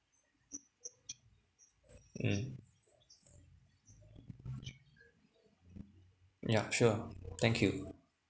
and yup sure thank you